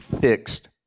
fixed